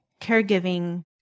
caregiving